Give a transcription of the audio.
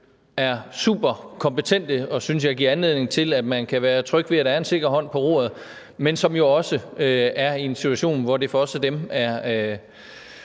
er superkompetente og – synes jeg – giver anledning til, at man kan være tryg ved, at der er en sikker hånd på roret, men som jo også er i en situation, hvor det for os og dem er